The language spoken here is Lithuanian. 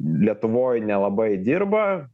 lietuvoj nelabai dirba